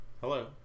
Hello